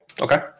okay